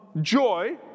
joy